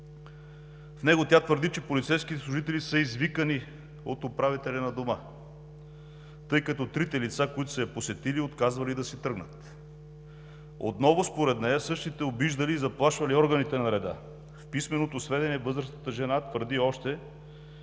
В него тя твърди, че полицейските служители са извикани от управителя на Дома, тъй като трите лица, които са я посетили, отказвали да си тръгнат. Отново според нея, същите обиждали и заплашвали органите на реда. В писменото сведение възрастната жена твърди още,